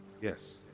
Yes